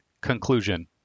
Conclusion